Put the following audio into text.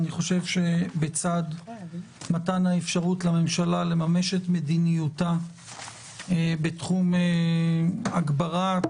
בצד מתן האפשרות לממשלה לממש את מדיניותה בתחום הגברת